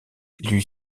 lui